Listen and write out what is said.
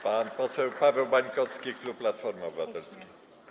Pan poseł Paweł Bańkowski, klub Platformy Obywatelskiej.